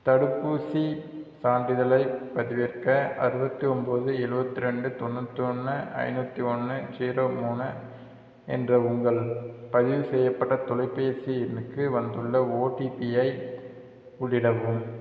தடுப்பூசி சான்றிதழைப் பதிவிறக்க அறுபத்தி ஒம்பது எழுபத்தி ரெண்டு தொண்ணூற்றி ஒன்னு ஐநூற்றி ஒன்று ஜீரோ மூணு என்ற உங்கள் பதிவு செய்யப்பட்ட தொலைபேசி எண்ணுக்கு வந்துள்ள ஓடிபிஐ உள்ளிடவும்